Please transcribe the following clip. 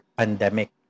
pandemic